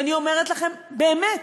ואני אומרת לכם באמת: